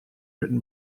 written